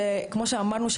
כמו שאמרנו,